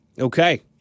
Okay